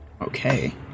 okay